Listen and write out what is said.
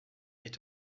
est